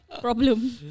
Problem